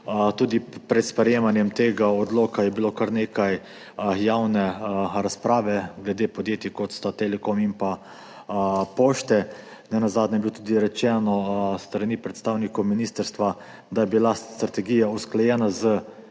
Tudi pred sprejemanjem tega odloka je bilo kar nekaj javnih razprav glede podjetij, kot sta Telekom in Pošta Slovenije, nenazadnje je bilo tudi rečeno s strani predstavnikov ministrstva, da je bila strategija usklajena z